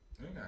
Okay